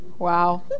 Wow